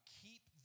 keep